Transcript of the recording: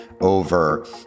over